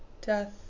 Death